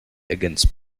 against